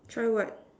try what